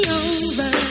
over